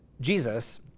Jesus